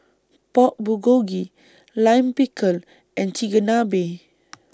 Pork Bulgogi Lime Pickle and Chigenabe